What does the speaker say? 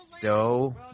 dough